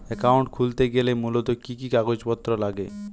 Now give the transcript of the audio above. Account খুলতে গেলে মূলত কি কি কাগজপত্র লাগে?